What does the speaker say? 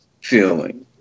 feeling